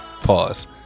Pause